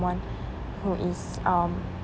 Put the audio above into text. who is um